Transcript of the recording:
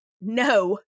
no